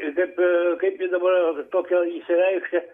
ir taip kai jį dabar tokio išsireikšti